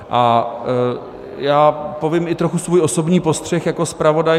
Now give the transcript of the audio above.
A já povím i trochu svůj osobní postřeh jako zpravodaj.